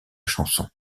chanson